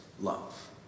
love